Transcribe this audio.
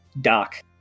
Doc